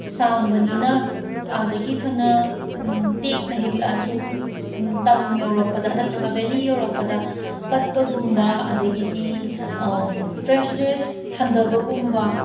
ꯁꯥꯡꯕꯅꯤꯅ ꯑꯥꯗꯒꯤ ꯐꯅ ꯇꯦꯛꯅ ꯍꯦꯛꯂꯛꯑꯁꯨ ꯇꯝ ꯌꯧꯔꯛꯄꯗ ꯅꯠꯇ꯭ꯔꯒ ꯕꯦꯜꯂꯤ ꯌꯧꯔꯛꯄꯗ ꯄꯠꯄꯒꯨꯝꯕ ꯑꯗꯒꯤꯗꯤ ꯐ꯭ꯔꯦꯁꯅꯦꯁ ꯍꯟꯊꯕꯒꯨꯝꯕ